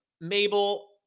Mabel